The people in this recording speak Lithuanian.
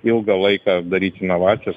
ilgą laiką daryt inovacijas